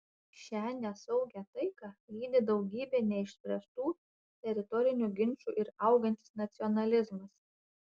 šią nesaugią taiką lydi daugybė neišspręstų teritorinių ginčų ir augantis nacionalizmas